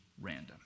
random